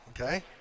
okay